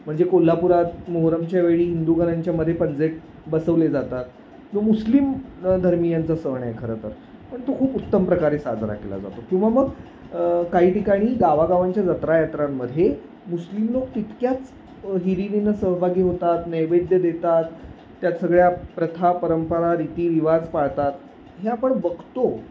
म्हणजे कोल्हापुरात मोहरमच्या वेळी हिंदू घरांच्यामध्ये पंजे बसवले जातात जो मुस्लिम धर्मियांचा सण आहे खरं तर पण तो खूप उत्तम प्रकारे साजरा केला जातो किंवा मग काही ठिकाणी गावागावांच्या जत्रा यात्रांमध्ये मुस्लिम लोक तितक्याच हिरीरीनं सहभागी होतात नैवेद्य देतात त्यात सगळ्या प्रथा परंपरा रीतिरिवाज पाळतात हे आपण बघतो